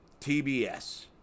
TBS